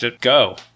go